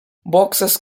boxes